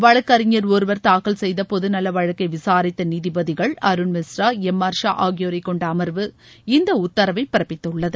வழக்கறிஞர் ஒருவர் தாக்கல் செய்த பொதுநல வழக்கை விசாரித்த நீதிபதிகள் அருண் மிஸ்ரா எம் ஆர் ஷா ஆகியோரைக்கொண்ட அமர்வு இந்த உத்தரவை பிறப்பித்துள்ளது